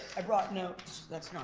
i brought notes, that's